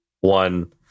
one